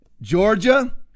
georgia